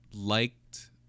liked